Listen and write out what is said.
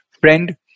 friend